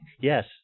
Yes